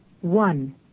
one